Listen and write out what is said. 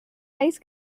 plays